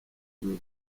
nyine